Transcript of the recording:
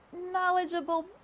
knowledgeable